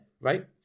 right